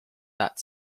that